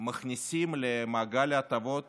מכניסים למעגל ההטבות